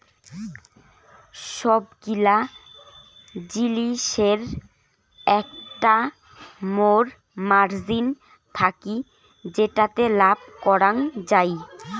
সবগিলা জিলিসের একটা মোর মার্জিন থাকি যেটাতে লাভ করাঙ যাই